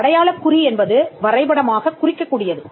ஒரு அடையாளக் குறி என்பது வரைபடமாகக் குறிக்கக் கூடியது